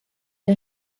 der